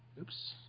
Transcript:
Oops